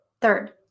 third